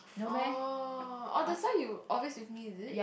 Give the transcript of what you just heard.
orh that's why you always with me is it